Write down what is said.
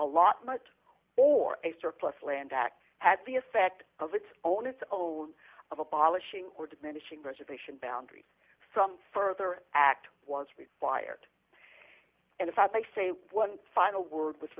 allotment or a surplus land act had the effect of its own it's own of abolishing or diminishing reservation boundaries some further act was required and if i may say one final word with